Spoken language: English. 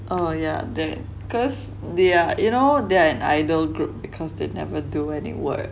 oh yeah there because they're you know they're an idol group because they never do any work